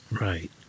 Right